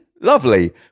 Lovely